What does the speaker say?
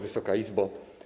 Wysoka Izbo!